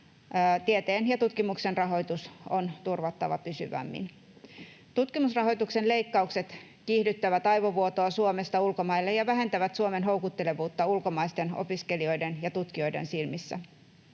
tieteen ja tutkimuksen rahoitus on turvattava pysyvämmin. Tutkimusrahoituksen leikkaukset kiihdyttävät aivovuotoa Suomesta ulkomaille ja vähentävät Suomen houkuttelevuutta ulkomaisten opiskelijoiden ja tutkijoiden silmissä.